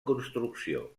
construcció